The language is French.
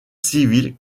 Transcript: civile